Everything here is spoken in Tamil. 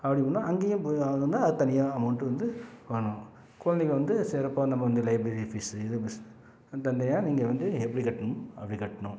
அப்படி போனால் அங்கேயும் போய் ஆகுதுன்னா அது தனியாக அமௌண்ட்டு வந்து பண்ணணும் கொழந்தைங்க வந்து சிறப்பாக நம்ம வந்து லைப்ரரி ஃபீஸு இது ஃபீஸ் தனி தனியாக நீங்கள் வந்து எப்படி கட்டணுமோ அப்படி கட்டணும்